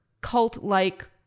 cult-like